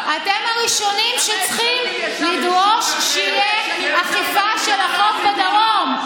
אתם הראשונים שצריכים לדרוש שתהיה אכיפה של החוק בדרום.